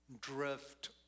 drift